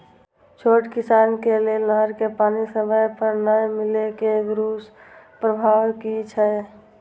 छोट किसान के लेल नहर के पानी समय पर नै मिले के दुष्प्रभाव कि छै?